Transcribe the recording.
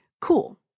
Cool